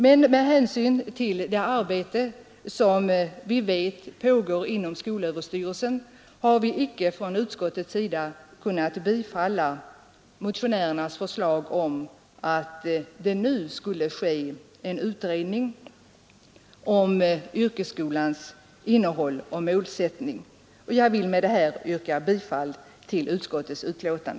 Men med hänsyn till det arbete som vi vet pågår inom skolöverstyrelsen har utskottet icke kunnat tillstyrka motionärernas förslag om att det nu skall företas en utredning om yrkesskolans innehåll och målsättning. Jag vill med detta yrka bifall till utskottets hemställan.